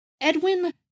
Edwin